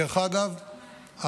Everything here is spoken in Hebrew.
דרך אגב,